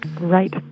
Right